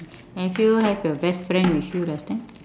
have you have your best friend with you last time